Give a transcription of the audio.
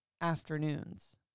afternoons